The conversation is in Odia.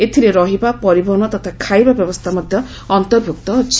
ଏଥିରେ ରହିବା ପରିବହନ ତଥା ଖାଇବା ବ୍ୟବସ୍ଥା ମଧ୍ୟ ଅନ୍ତର୍ଭୁକ୍ତ ଅଛି